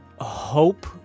hope